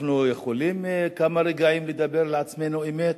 אנחנו יכולים כמה רגעים לדבר לעצמנו אמת?